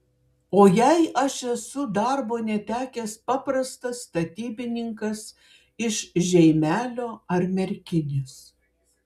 o jei aš esu darbo netekęs paprastas statybininkas iš žeimelio ar merkinės